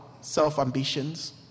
self-ambitions